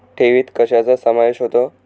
ठेवीत कशाचा समावेश होतो?